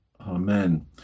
Amen